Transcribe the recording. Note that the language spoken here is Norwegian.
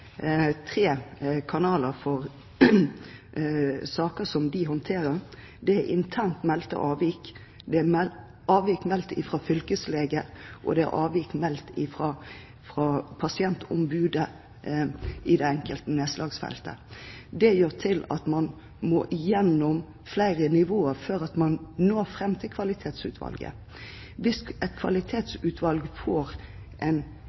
tre kanaler for saker som de håndterer: Det er avvik meldt internt, det er avvik meldt fra fylkeslege, og det er avvik meldt fra pasientombudet i det enkelte nedslagsfeltet. Det gjør at man må gjennom flere nivåer før man når fram til kvalitetsutvalget. Hvis et kvalitetsutvalg får en